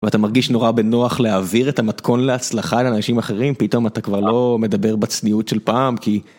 אתה מרגיש נורא בנוח להעביר את המתכון להצלחה לאנשים אחרים פתאום אתה כבר לא מדבר בצניעות של פעם כי.